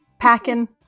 packing